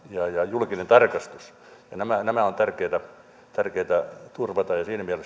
julkinen tarkastus nämä nämä ovat tärkeitä turvata ja siinä mielessä minä uskon että tämä tarkastusvaliokunnan